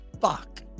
fuck